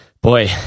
Boy